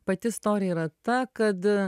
pati istorija yra ta kad